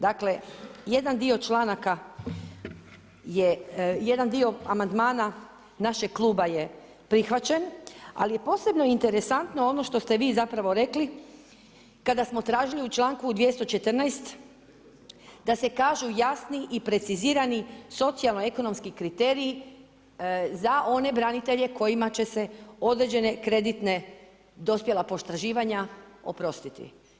Dakle, jedan dio članaka, je, jedan dio amandmana našeg kluba je prihvaćen, ali je posebno interesantno ono što ste vi zapravo rekli, kada smo tražili u čl. 214. da se kažu jasni i precizirani socijalno ekonomski kriteriji, az one branitelje kojima će se određene kreditne, dospjela potraživanja oprostiti.